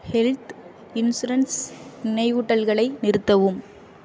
health insurance நினைவூட்டல்களை நிறுத்தவும்